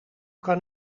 kan